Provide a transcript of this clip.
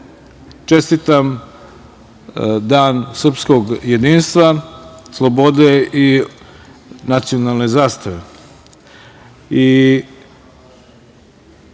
čestitam Dan srpskog jedinstva, slobode i nacionalne zastave. Pošto